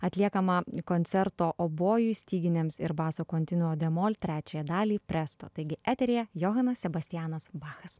atliekamą koncerto obojui styginiams ir baso kontinuo de mol trečiąją dalį presto taigi eteryje johanas sebastijanas bachas